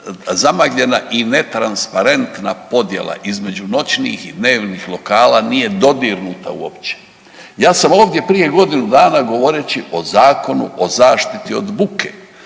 zamagljena i ne transparentna podjela između noćnih i dnevnih lokala nije dodirnuta uopće. Ja sam ovdje prije godinu dana govoreći o Zakonu o zaštiti od buke